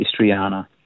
Istriana